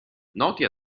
noti